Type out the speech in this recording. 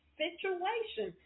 situation